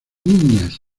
niñas